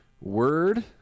word